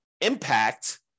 impact